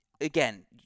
Again